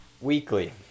weekly